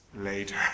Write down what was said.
Later